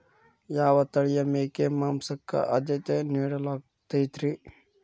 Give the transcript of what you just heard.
ಯಾವ ತಳಿಯ ಮೇಕೆ ಮಾಂಸಕ್ಕ, ಆದ್ಯತೆ ನೇಡಲಾಗತೈತ್ರಿ?